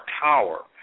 tower